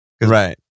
Right